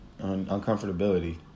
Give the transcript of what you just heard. uncomfortability